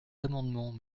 amendements